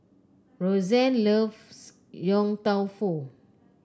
Rozanne loves Yong Tau Foo